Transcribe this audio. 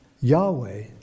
Yahweh